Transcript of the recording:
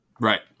Right